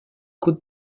côte